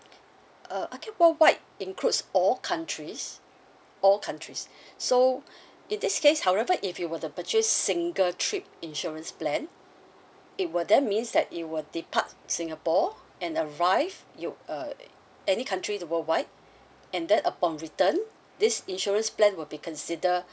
uh I think worldwide includes all countries all countries so in this case however if you were to purchase single trip insurance plan it will that means that it will depart singapore and arrive you uh any country the worldwide and then upon return this insurance plan will be consider